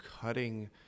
cutting